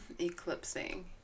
Eclipsing